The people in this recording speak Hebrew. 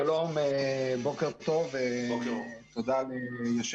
שלום לכולם, תודה עבור